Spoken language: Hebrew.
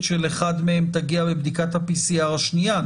של אחד מהם תגיע בבדיקת ה-PCR השנייה,